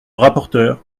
rapporteure